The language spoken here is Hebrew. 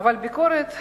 אבל ביקורת,